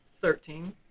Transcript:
Thirteen